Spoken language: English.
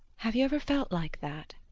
have you ever felt like that?